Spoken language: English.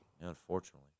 Unfortunately